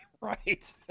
right